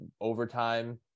overtime